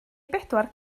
bedwar